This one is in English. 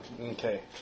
Okay